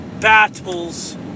battles